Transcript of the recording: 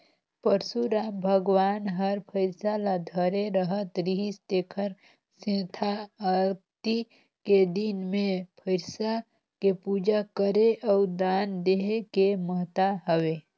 परसुराम भगवान हर फइरसा ल धरे रहत रिहिस तेखर सेंथा अक्ती के दिन मे फइरसा के पूजा करे अउ दान देहे के महत्ता हवे